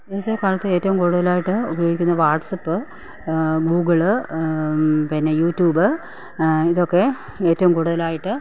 ഇന്നത്തെ കാലത്ത് ഏറ്റവും കൂടുതലായിട്ട് ഉപയോഗിക്കുന്നത് വാട്സ്ആപ്പ് ഗൂഗ്ള് പിന്നെ യൂട്യൂബ് ഇതൊക്കെ ഏറ്റവും കൂടുതലായിട്ട്